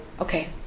Okay